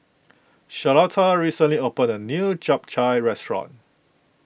Charlotta recently opened a new Chap Chai restaurant